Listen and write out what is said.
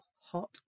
hot